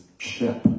Ship